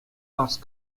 parce